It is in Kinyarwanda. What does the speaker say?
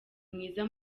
mwiza